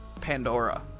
Pandora